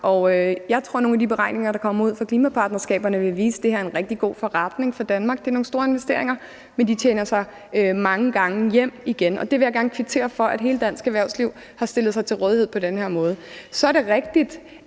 og jeg tror, at nogle af de beregninger, der kommer ud af klimapartnerskaberne, vil vise, at det her er en rigtig god forretning for Danmark. Det er nogle store investeringer, men de tjener sig mange gange hjem igen, og jeg vil gerne kvittere for, at hele det danske erhvervsliv har stillet sig til rådighed på den her måde. Så er det rigtigt,